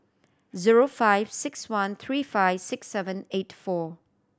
zero five six one three five six seven eight four